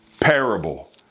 parable